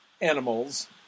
animals